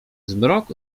zmrok